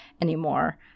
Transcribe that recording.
anymore